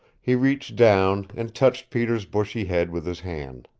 he reached down, and touched peter's bushy head with his hand.